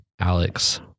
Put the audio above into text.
Alex